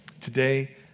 Today